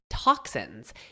toxins